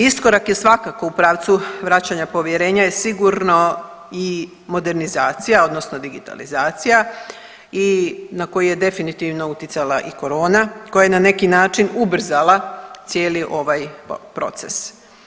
Iskorak je svakako u pravcu vraćanja povjerenja je sigurno i modernizacija odnosno digitalizacija i na koju je definitivno utjecala i korona koja je na neki način ubrzala cijeli ovaj proces.